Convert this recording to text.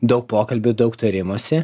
daug pokalbių daug tarimosi